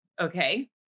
Okay